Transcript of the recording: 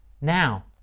Now